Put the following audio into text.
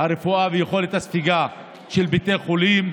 הרפואה ויכולת הספיגה של בתי חולים,